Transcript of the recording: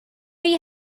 you